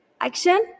action